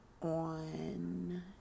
on